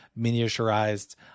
miniaturized